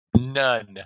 None